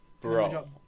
Bro